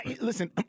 Listen